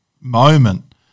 moment